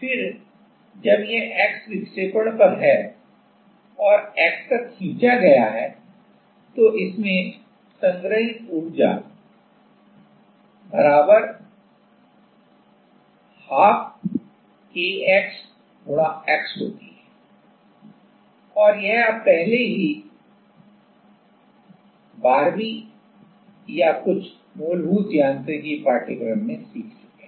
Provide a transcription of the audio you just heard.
फिर जब यह x विक्षेपण पर है और x तक खींचा गया है तो इसमें संग्रहीत ऊर्जा 12Kxx होती है और यह आप पहले से ही 12वीं या कुछ मूलभूत यांत्रिकी पाठ्यक्रम में सीख चुके हैं